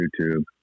YouTube